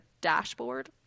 dashboard